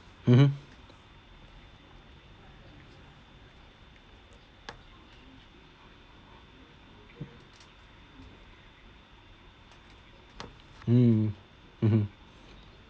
mmhmm mm mmhmm